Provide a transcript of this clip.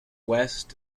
west